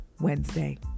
Wednesday